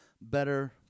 better